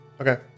Okay